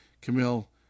Camille